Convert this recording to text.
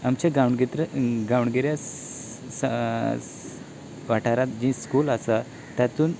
आमच्या गांवणितऱ्या गांवगिऱ्या वाठरांत जीं स्कूल आसा तातूंत बीन